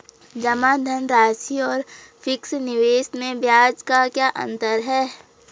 जमा धनराशि और फिक्स निवेश में ब्याज का क्या अंतर है?